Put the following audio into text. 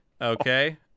Okay